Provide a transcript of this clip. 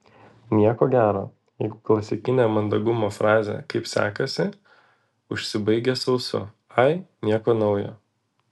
nieko gero jeigu klasikinė mandagumo frazė kaip sekasi užsibaigia sausu ai nieko naujo